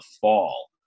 fall